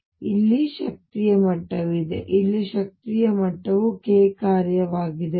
ಆದ್ದರಿಂದ ಇಲ್ಲಿ ಶಕ್ತಿಯ ಮಟ್ಟವಿದೆ ಇಲ್ಲಿ ಶಕ್ತಿಯ ಮಟ್ಟವು k ಯ ಕಾರ್ಯವಾಗಿದೆ